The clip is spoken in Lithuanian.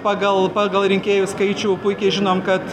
pagal pagal rinkėjų skaičių puikiai žinom kad